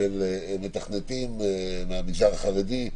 של מתכנתים מהמגזר החרדי,